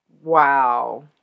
Wow